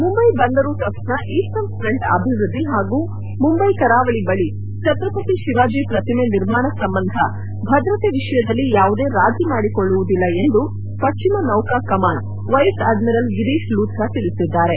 ಮುಂಬೈ ಬಂದರು ಟ್ರಸ್ಟನ eastern front ಅಭಿವೃದ್ಧಿ ಹಾಗೂ ಮುಂಬೈ ಕರಾವಳಿ ಬಳಿ ಛತ್ರಪತಿ ಶಿವಾಜಿ ಪ್ರತಿಮೆ ನಿರ್ಮಾಣ ಸಂಬಂಧ ಭದ್ರತೆ ವಿಷಯದಲ್ಲಿ ಯಾವುದೇ ರಾಜೀ ಮಾಡಿಕೊಳ್ಳುವುದಿಲ್ಲ ಎಂದು ಪಶ್ಚಿಮ ನೌಕಾ command vice admiral Girish Luthra ತಿಳಿಸಿದ್ದಾರೆ